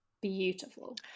beautiful